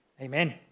Amen